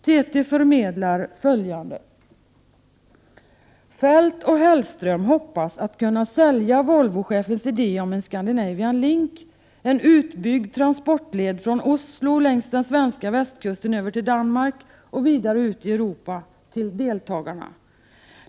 TT förmedlar bl.a. följande: ”Feldt och Hellström hoppas att kunna sälja Volvochefens idé om en Scandinavian Link, en utbyggd transportled från Oslo, längs den svenska västkusten över till Danmark och vidare ut i Europa, till deltagarna.